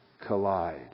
Collide